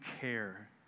care